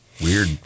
weird